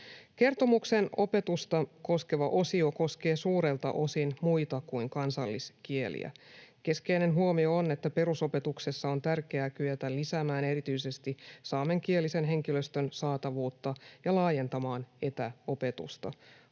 Kertomuksen opetusta koskeva osio koskee suurelta osin muita kuin kansalliskieliä. Keskeinen huomio on, että perusopetuksessa on tärkeää kyetä lisäämään erityisesti saamenkielisen henkilöstön saatavuutta ja laajentamaan etäopetusta.